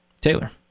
Taylor